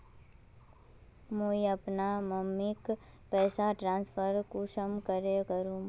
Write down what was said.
मुई अपना मम्मीक पैसा ट्रांसफर कुंसम करे करूम?